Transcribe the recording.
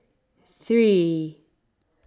three